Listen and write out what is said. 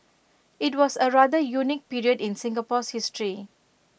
IT was A rather unique period in Singapore's history